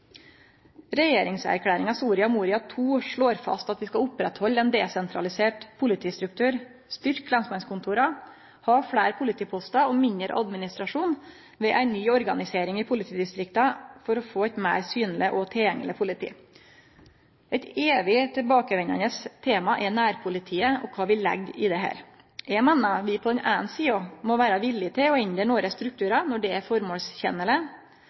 slår fast at vi skal oppretthalde ein desentralisert politistruktur, styrkje lensmannskontora, ha fleire politipostar og mindre administrasjon med ei nye organisering i politidistrikta for å få eit meir synleg og tilgjengeleg politi. Eit evig tilbakevendande tema er nærpolitiet og kva vi legg i dette. Eg meiner vi på den eine sida må vere villige til å endre nokre strukturar når det er